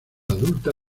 adulta